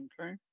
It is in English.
okay